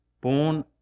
born